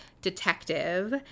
detective